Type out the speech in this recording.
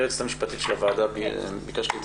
היועצת המשפטית של הוועדה מבקשת להתייחס.